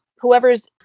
whoever's